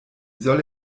soll